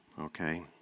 Okay